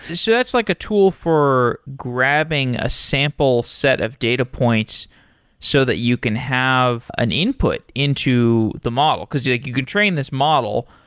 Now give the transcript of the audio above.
yeah that's like a tool for grabbing a sample set of data points so that you can have an input into the model, because you like you can train this model,